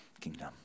kingdom